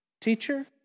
Teacher